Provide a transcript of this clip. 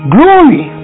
Glory